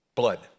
Blood